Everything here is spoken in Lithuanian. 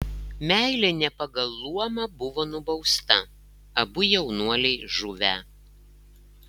meilė ne pagal luomą buvo nubausta abu jaunuoliai žuvę